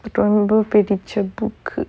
ரொம்ப புடிச்ச:romba pudicha book uh